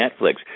Netflix